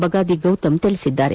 ಬಗಾದಿ ಗೌತಮ್ ತಿಳಿಸಿದ್ದಾರೆ